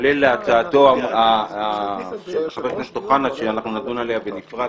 כולל להצעתו של חבר הכנסת אוחנה - שנדון עליה בנפרד